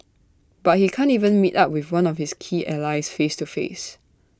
but he can't even meet up with one of his key allies face to face